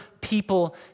people